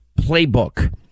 playbook